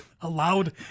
allowed